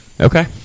Okay